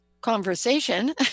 conversation